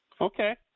Okay